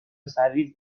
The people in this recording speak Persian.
سرریز